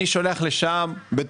יישובים.